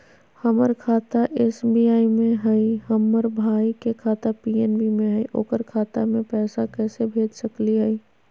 हमर खाता एस.बी.आई में हई, हमर भाई के खाता पी.एन.बी में हई, ओकर खाता में पैसा कैसे भेज सकली हई?